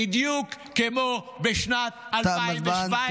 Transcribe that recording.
בדיוק כמו בשנת 2017. תם הזמן.